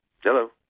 Hello